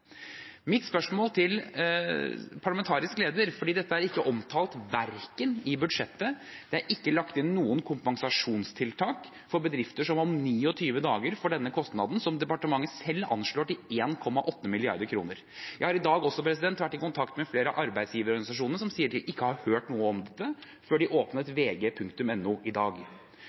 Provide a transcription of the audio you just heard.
Dette er ikke omtalt i budsjettet; det er ikke lagt inn noen kompensasjonstiltak for bedrifter som om 29 dager får denne kostnaden, som departementet selv anslår til 1,8 mrd. kr. Jeg har i dag også vært i kontakt med flere arbeidsgiverorganisasjoner som sier de ikke har hørt noe om dette før de åpnet vg.no i dag.